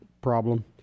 problem